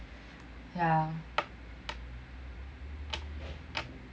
ah